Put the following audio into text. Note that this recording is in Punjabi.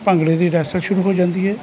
ਭੰਗੜੇ ਦੀ ਰਹਿਸਲ ਸ਼ੁਰੂ ਹੋ ਜਾਂਦੀ ਹੈ